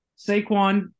Saquon